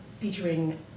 featuring